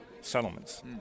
settlements